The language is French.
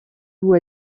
vous